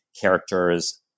characters